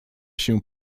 się